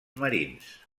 marins